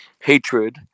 hatred